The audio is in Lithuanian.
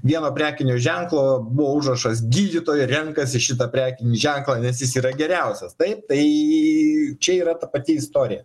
vieno prekinio ženklo buvo užrašas gydytojai renkasi šitą prekinį ženklą nes jis yra geriausias taip tai čia yra ta pati istorija